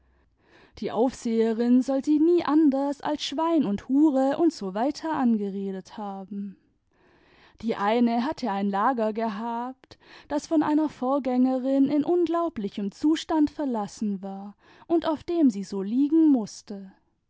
die aufseherin soll sie nie anders als schwein und hure und so weiter angeredet haben die eine hatte ein lager gehabt das von einer vorgängerin in unglaublichem zustand verlassen war und auf dem sie so liegen mußte